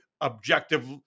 objective